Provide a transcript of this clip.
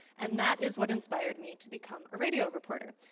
and that is what inspired me to become a radio reporter.